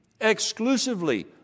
exclusively